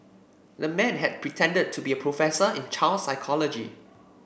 the man had pretended to be a professor in child psychology